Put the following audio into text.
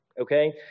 okay